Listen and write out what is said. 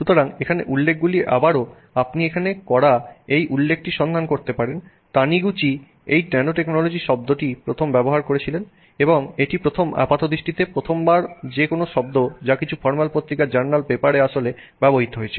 সুতরাং এখানের উল্লেখগুলি আবারও আপনি এখানে করা এই উল্লেখটি সন্ধান করতে পারেন তানিগুচি এই ন্যানোটেকনোলজি শব্দটি ব্যবহার করেছেন এবং এটি প্রথম আপাতদৃষ্টিতে এটি প্রথমবার যে কোনও শব্দ যা কিছু ফরমাল পত্রিকার জার্নাল পেপারে আসলে ব্যবহৃত হয়েছিল